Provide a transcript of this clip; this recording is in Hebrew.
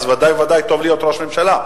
אז בוודאי ובוודאי טוב להיות ראש ממשלה.